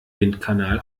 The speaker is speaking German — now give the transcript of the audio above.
windkanal